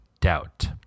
doubt